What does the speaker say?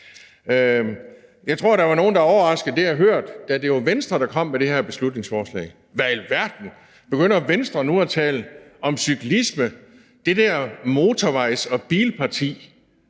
Jeg tror, at der var nogen, der var overraskede over – det hørte jeg – at det var Venstre, der kom med det her beslutningsforslag, hvor man sagde: Hvad i alverden, begynder Venstre nu at tale om cyklisme? Det der motorvejs- og bilparti!